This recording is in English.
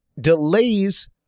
delays